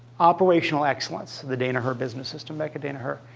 operational excellence, the danaher business system back at danaher,